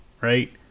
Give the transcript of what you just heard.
right